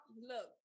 look